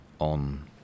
on